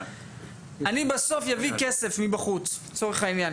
אני בסוף אביא כסף מבחוץ לצורך העניין,